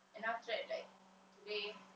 and after that like today